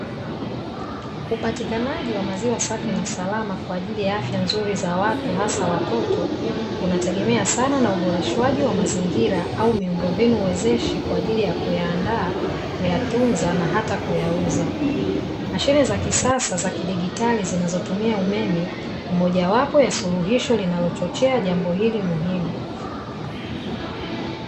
Upatikanaji wa maziwa safi na salama kwa ajili ya afya nzuri za watu hasa watoto, unategemea sana na uboreshaji wa mazingira au miundo mbinu wezeshi kwa ajili ya kuyaandaa, kuyatunza na kuyauza. Mashine za kisasa za kidigitali zinazotumia umeme ni mojawapo ya suluhisho linalochochea jambo hili muhimu.